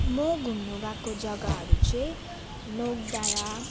मो घुम्नु गएको जग्गाहरू चाहिँ नोक डाँडा